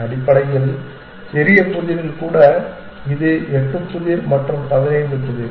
அடிப்படையில் சிறிய புதிரில் கூட இது 8 புதிர் மற்றும் 15 புதிர்